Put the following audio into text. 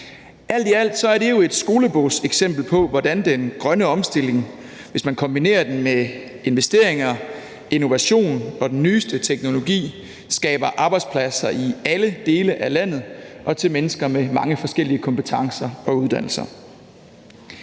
Alt i alt er det et skolebogseksempel på, hvordan den grønne omstilling, hvis man kombinerer den med investeringer, innovation og den nyeste teknologi, skaber arbejdspladser i alle dele af landet og til mennesker med mange forskellige kompetencer og uddannelser.